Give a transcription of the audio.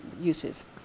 uses